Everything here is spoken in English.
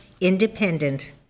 Independent